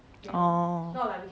oh